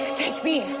take me.